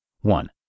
One